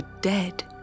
dead